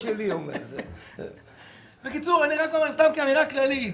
בקיצור, כאמירה כללית.